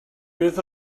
beth